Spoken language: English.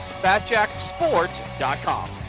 FatJackSports.com